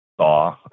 saw